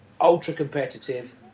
ultra-competitive